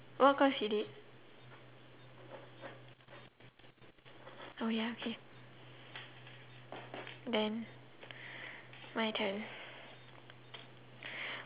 what course you did oh ya K then my turn